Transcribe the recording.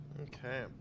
Okay